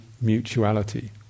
mutuality